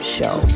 Show